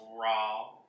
raw